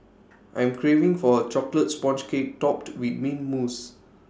I am craving for A Chocolate Sponge Cake Topped with Mint Mousse